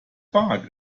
bark